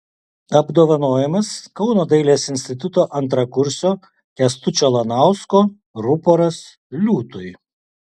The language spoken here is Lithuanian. apdovanojimas kauno dailės instituto antrakursio kęstučio lanausko ruporas liūtui